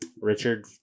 Richard